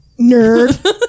nerd